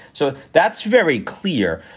so that's very clear.